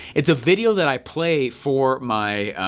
it's a video that i play for my,